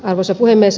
arvoisa puhemies